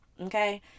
Okay